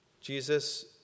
Jesus